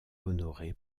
honorée